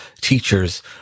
teachers